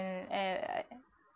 and uh like